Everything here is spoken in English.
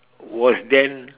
was then